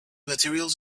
materials